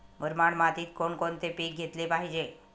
मुरमाड मातीत कोणकोणते पीक घेतले पाहिजे?